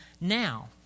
Now